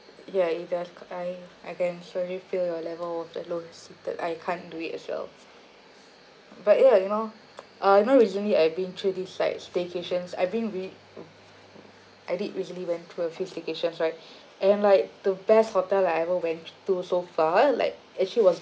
ya you just I I can certainly feel your level of the load seated I can't do it as well but yeah you know uh you know recently I've been through this like staycations I've been re~ I did recently went through a few staycations right and like the best hotel I've ever went to so far like actually was